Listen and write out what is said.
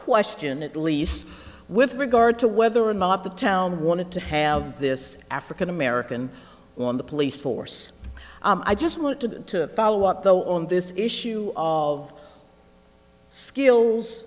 question at least with regard to whether or not the town wanted to have this african american on the police force i just want to follow up though on this issue of skills